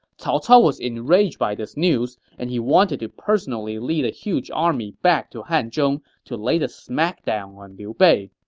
cao cao was enraged by this news and wanted to personally lead a huge army back to hanzhong to lay the smack down on liu bei,